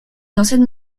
anciennes